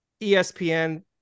ESPN